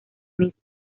misma